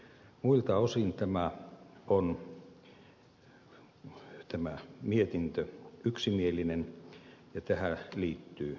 muilta osin tämä mietintö on yksimielinen ja tähän liittyy lausuma